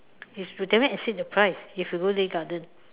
if we never exceed the price if we go Lei Garden